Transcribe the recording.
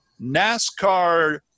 NASCAR